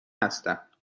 هستم